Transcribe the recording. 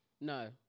No